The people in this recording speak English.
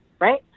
right